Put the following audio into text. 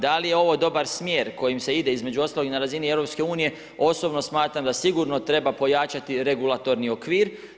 Da li je ovo dobar smjer kojim se ide između ostalog i na razini EU-a, osobno smatram da sigurno treba pojačati regulatorni okvir.